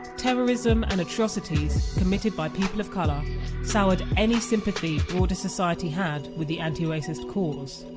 terrorism and atrocities committed by people of colour soured any sympathy broader society had with the anti-racist cause.